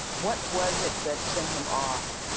what was it that sent him off